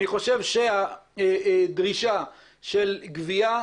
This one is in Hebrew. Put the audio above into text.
אני חושב שהדרישה של גבייה,